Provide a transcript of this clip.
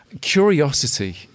Curiosity